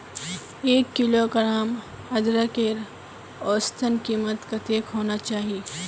एक किलोग्राम अदरकेर औसतन कीमत कतेक होना चही?